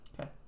Okay